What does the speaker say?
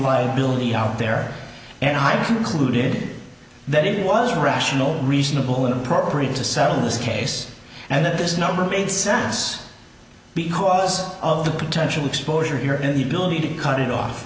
liability out there and i concluded that it was rational reasonable and appropriate to settle this case and that this number made sense because of the potential exposure here and the ability to cut it off